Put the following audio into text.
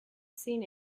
seen